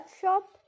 shop